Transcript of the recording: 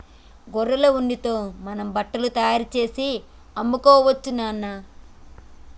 గొర్రెల ఉన్నితో మనం బట్టలు తయారుచేసి అమ్ముకోవచ్చు నాన్న